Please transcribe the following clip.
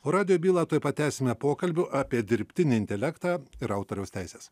o radijo bylą tuoj pat tęsiame pokalbiu apie dirbtinį intelektą ir autoriaus teises